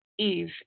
Eve